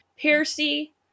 Percy